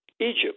egypt